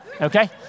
okay